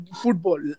football